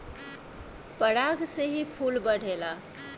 पराग से ही फूल बढ़ेला